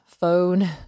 phone